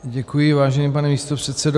Děkuji, vážený pane místopředsedo.